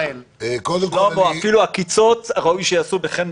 קרעי, אפילו עקיצות, ראוי שייעשו בחן מסוים.